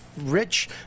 rich